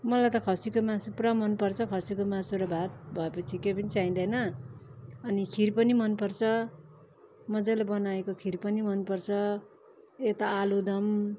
मलाई त खसीको मासु पुरा मनपर्छ खसीको मासु र भात भएपछि केही पनि चाहिँदैन अनि खिर पनि मनपर्छ मज्जाले बनाएको खिर पनि मनपर्छ यता आलुदम